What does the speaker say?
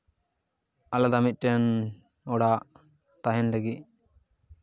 ᱟᱞᱟᱫᱟ ᱢᱤᱫᱴᱮᱱ ᱚᱲᱟᱜ ᱛᱟᱦᱮᱱ ᱞᱟᱹᱜᱤᱫ